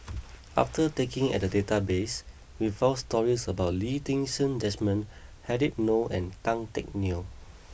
after taking at the database we found stories about Lee Ti Seng Desmond Habib Noh and Tan Teck Neo